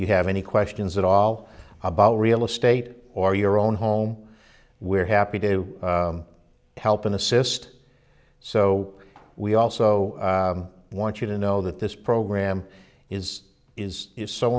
you have any questions at all about real estate or your own home we're happy to help and assist so we also want you to know that this program is is is so